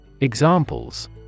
Examples